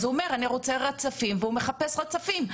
הוא אומר שהוא רוצה רצפים והוא מחפש רצפים.